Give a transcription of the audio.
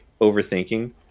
overthinking